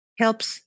helps